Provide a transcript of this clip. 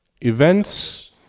events